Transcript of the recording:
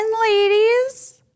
ladies